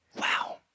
Wow